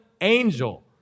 angel